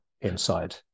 inside